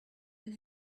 and